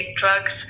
drugs